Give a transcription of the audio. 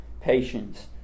patience